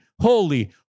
holy